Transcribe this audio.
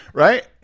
right?